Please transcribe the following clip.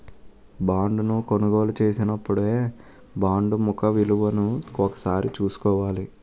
బాండును కొనుగోలు చేసినపుడే బాండు ముఖ విలువను ఒకసారి చూసుకోవాల